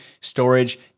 storage